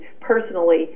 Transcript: personally